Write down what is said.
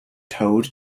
towed